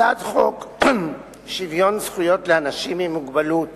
הצעת חוק שוויון זכויות לאנשים עם מוגבלות